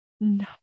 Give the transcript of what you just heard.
No